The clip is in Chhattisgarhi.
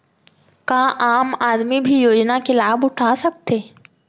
का आम आदमी भी योजना के लाभ उठा सकथे?